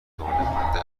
قانعکننده